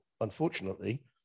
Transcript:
unfortunately